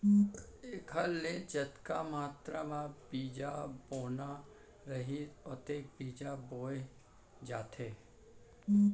एखर ले जतका मातरा म बीजा बोना रहिथे ओतने बीजा बोए जाथे